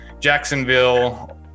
Jacksonville